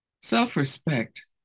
Self-respect